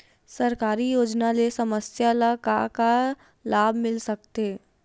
सरकारी योजना ले समस्या ल का का लाभ मिल सकते?